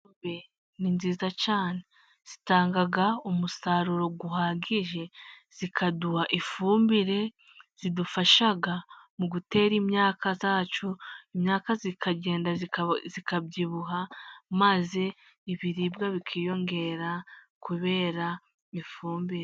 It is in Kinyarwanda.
Ingurube ni nziza cyana. Zitanga umusaruro uhagije. Zikaduha ifumbire, idufasha mu gutera imyaka yacu, imyaka ikagenda ikabyibuha maze ibiribwa bikiyongera, kubera ifumbire.